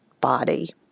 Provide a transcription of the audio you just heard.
body